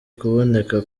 kuboneka